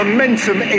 Momentum